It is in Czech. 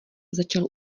začal